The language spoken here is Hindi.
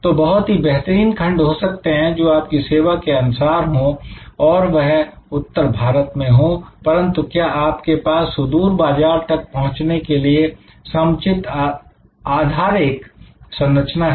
तो बहुत ही बेहतरीन खंड हो सकते हैं जो आपकी सेवा के अनुसार हो और वह उत्तर भारत में हो परंतु क्या आपके पास सुदूर बाजार तक पहुंचने के लिए समुचित आधारिक संरचना है